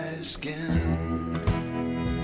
skin